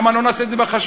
למה לא נעשה את זה בחשמל?